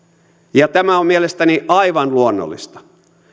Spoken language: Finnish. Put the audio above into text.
ja tämä on mielestäni aivan luonnollista